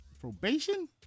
probation